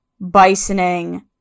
bisoning